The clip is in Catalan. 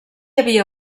havia